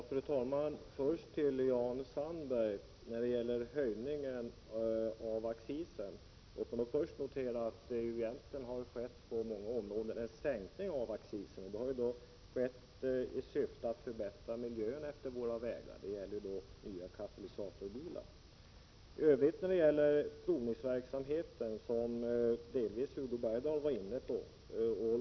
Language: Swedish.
Fru talman! Låt mig först säga några ord till Jan Sandberg när det gäller höjningen av accisen. Man kan notera att det egentligen på många områden redan har skett en sänkning av accisen. Detta har skett i syfte att förbättra miljön längs våra vägar. Det gäller nya katalysatorbilar. Sedan till provningsverksamheten som Hugo Bergdahl delvis var inne på.